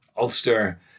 Ulster